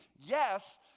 yes